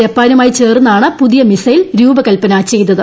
ജപ്പാനുമായി ചേർന്നാണ് പുതിയ മിസൈൽ രൂപകൽപ്പന ചെയ്തത്